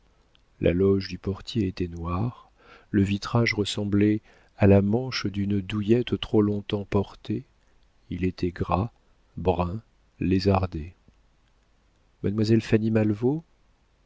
la loge du portier était noire le vitrage ressemblait à la manche d'une douillette trop longtemps portée il était gras brun lézardé mademoiselle